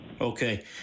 Okay